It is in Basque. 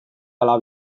ala